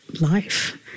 life